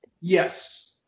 Yes